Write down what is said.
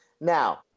Now